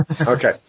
Okay